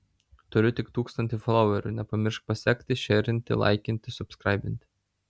turiu tik tūkstantį foloverių nepamiršk pasekti šėrinti laikinti subskraibiti